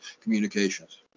communications